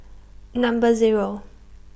Number Zero